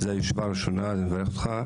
זו ישיבה ראשונה, אני מברך אותך.